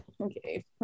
Okay